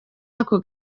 ako